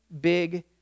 big